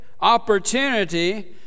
opportunity